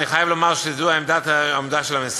אני חייב לומר שזו עמדת המשרד,